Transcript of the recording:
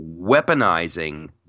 weaponizing